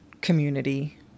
community